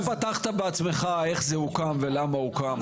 אבל אתה פתחת בעצמך איך זה הוקם ולמה הוקם.